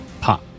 pop